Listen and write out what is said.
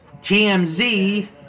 TMZ